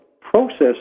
process